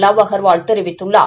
லவ்அகா்வால் தெரிவித்துள்ளார்